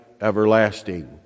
everlasting